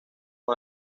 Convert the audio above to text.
con